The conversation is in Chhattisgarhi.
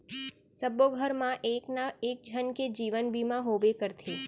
सबो घर मा एक ना एक झन के जीवन बीमा होबे करथे